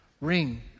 ring